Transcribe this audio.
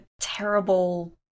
terrible